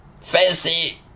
fancy